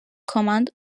command